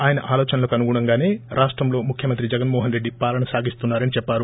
ఆయన ఆలోచనలకు అనుగుణంగానే రాష్టంలో ముఖ్యమంత్రి జగన్ మోహన్ రెడ్డి వాలన సాగిస్తున్నారని చెప్పారు